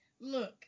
look